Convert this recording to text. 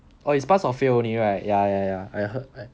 oh it's pass or fail only right ya ya ya I heard